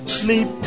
sleep